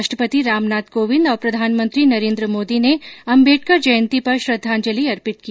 राष्ट्रपति रामनाथ कोविंद और प्रधानमंत्री नरेन्द्र मोदी ने आम्बेडकर जयंती पर श्रद्वांजलि अर्पित की